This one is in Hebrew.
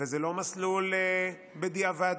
וזה לא מסלול בדיעבד,